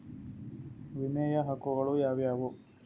ವಿಮೆಯ ಹಕ್ಕುಗಳು ಯಾವ್ಯಾವು?